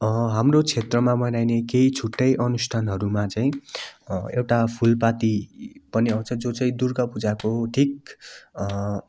हाम्रो क्षेत्रमा मनाइने केही छुट्टै अनुष्ठानहरूमा चाहिँ एउटा फुलपाती पनि आउँछ जो चाहिँ दुर्गापूजाको ठिक